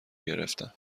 گرفتن